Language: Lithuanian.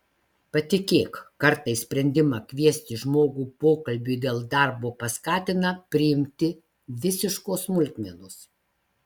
patikėk kartais sprendimą kviesti žmogų pokalbiui dėl darbo paskatina priimti visiškos smulkmenos